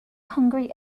hungry